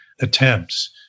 attempts